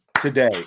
today